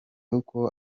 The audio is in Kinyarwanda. uko